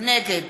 נגד